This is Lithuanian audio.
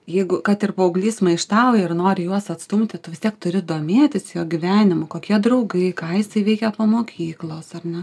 jeigu kad ir paauglys maištauja ir nori juos atstumti vis tiek turi domėtis jo gyvenimu kokie draugai ką jisai veikia po mokyklos ar ne